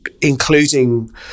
including